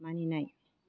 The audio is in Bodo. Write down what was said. मानिनाय